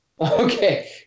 Okay